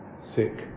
sick